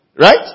Right